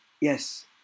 Yes